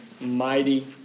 Mighty